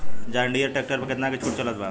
जंडियर tractor पर कितना के छूट चलत बा?